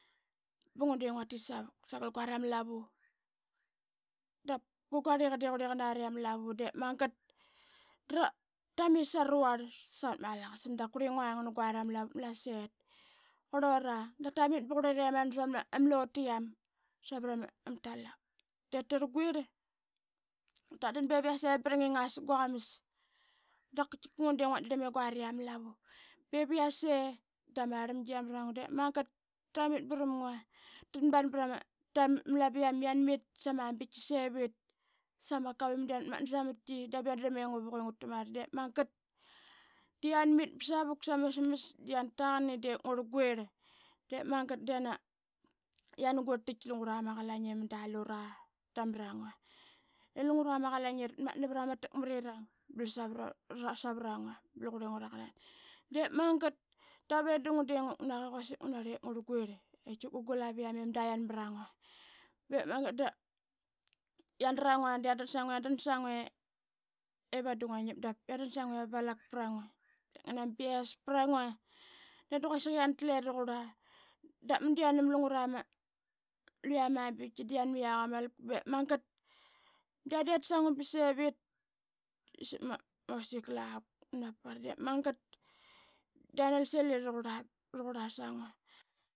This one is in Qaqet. Ba ngua de nguatit savuk sagal guari ama lavu dap gugarliga de qurliga qanari ama lavu. De magat dramit saruvarl savat ma Alaqsam da qurli ngua ngun guari ama lava vat ma Malasaet. Qurlura da tamit ba qurliremuk sama lotuqiam savrama talak de tarl quirl. drat dan ba yase bra nginga sak quaqamas da qaitkika ngua de nguat drlam i guari a ma lavu. Be iv yase ama rlangi qi amra ngua de magat dramit bram ngua. A ma laivam qi anmit sama biktki sevit nama kakua i mudu yanat matna samtki dap yan drlam i ngua vuk i ngu ta marl de magat da i ana mit ba savuk sama smas da yana taqanipde ngurl guirl. De magat da i ana. quirltait lungra ma qalain i mada lura ta mrangua. I lungra ma qalain i ratmat na vrama takmrirang ba savarangua ba qurlingua raqarlani. De magat. dave da nguk naki quasik ngunarlip ngurl quirl i qaitkika gu laviama i mada yan mrang ngua bep magat da yan dra ngua da yandran sangue i vadi ngua ngip i ama valak prangua da ngana ma bias prangua. I da quasik qi antle raqurla. dap madu yanam lungra ma. luqia ma biktki da yanmu yaqa ma malap de magat yan det sangua ba sevit sap ma osik lavuk pat ma napapar de magat da yanalsil i raqurla sangua.